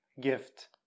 gift